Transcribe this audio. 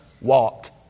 walk